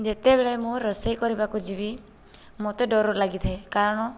ଯେତେବେଳେ ମୁଁ ରୋଷେଇ କରିବାକୁ ଯିବି ମୋତେ ଡର ଲାଗିଥାଏ କାରଣ